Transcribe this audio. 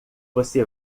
você